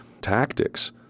tactics